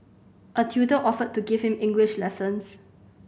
a tutor offered to give him English lessons